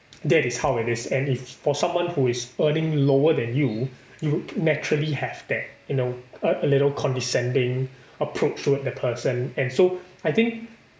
that is how it is and if for someone who is earning lower than you you would naturally have that you know a a little condescending approach toward the person and so I think